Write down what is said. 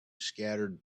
scattered